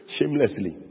Shamelessly